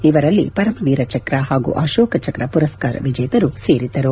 ಇವರಲ್ಲಿ ಪರಮ ವೀರ ಚಕ್ರ ಹಾಗೂ ಅಶೋಕ ಚಕ್ರ ಮರಸ್ಕಾರ ವಿಜೇತರು ಸೇರಿದ್ದರು